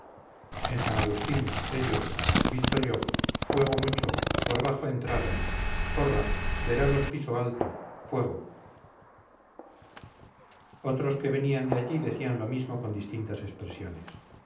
en san agustín ellos visto yo fuego mucho por bajo entraron corra veralos piso alto fuego otros que venían de allí decían lo mismo con distintas expresiones